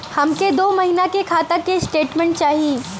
हमके दो महीना के खाता के स्टेटमेंट चाही?